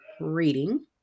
reading